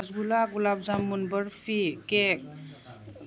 ꯔꯣꯁ ꯒꯨꯂꯥ ꯂꯨꯂꯥꯕ ꯖꯥꯃꯨꯟ ꯕꯔꯐꯤ ꯀꯦꯛ